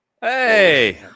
Hey